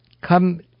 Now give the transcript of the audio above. come